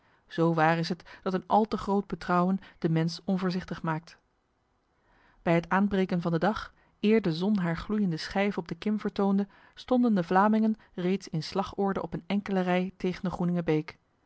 zo waar is het dat een al te groot betrouwen de mens onvoorzichtig maakt bij het aanbreken van de dag eer de zon haar gloeiende schijf op de kim vertoonde stonden de vlamingen reeds in slagorde op een enkele rij tegen de